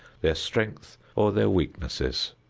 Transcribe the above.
their strength or their weaknesses.